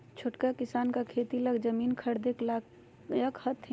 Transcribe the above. छोटका किसान का खेती ला जमीन ख़रीदे लायक हथीन?